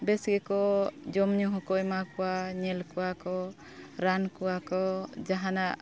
ᱵᱮᱥ ᱜᱮᱠᱚ ᱡᱚᱢ ᱧᱩ ᱦᱚᱸᱠᱚ ᱮᱢᱟ ᱠᱚᱣᱟ ᱧᱮᱞ ᱠᱚᱣᱟ ᱠᱚ ᱨᱟᱱ ᱠᱚᱣᱟ ᱠᱚ ᱡᱟᱦᱟᱱᱟᱜ